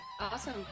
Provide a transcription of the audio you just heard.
Awesome